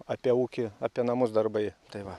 apie ūkį apie namus darbai tai va